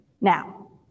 now